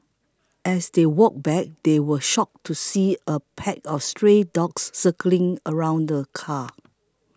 as they walked back they were shocked to see a pack of stray dogs circling around the car